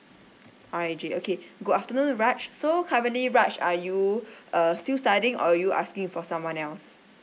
R A J okay good afternoon raj so currently raj are you err still studying or you're asking for someone else